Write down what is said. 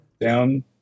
Down